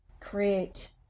create